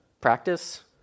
practice